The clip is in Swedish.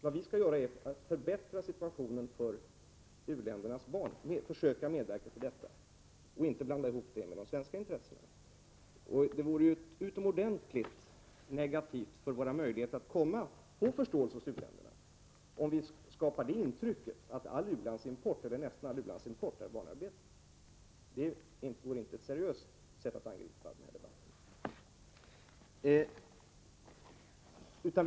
Vad vi skall göra är att försöka medverka till en förbättring av situationen för u-ländernas barn, inte att blanda in de svenska intressena i detta sammanhang. Det vore utomordentligt negativt för våra möjligheter att få förståelse hos u-länderna, om vi skapade det intrycket att all eller nästan all u-landsimport innebär utnyttjande av barnarbete. Det vore inte ett seriöst sätt att argumentera i denna debatt.